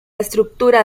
estructura